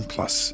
Plus